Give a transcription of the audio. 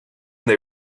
they